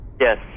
Yes